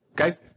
Okay